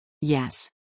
Yes